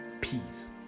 Peace